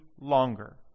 longer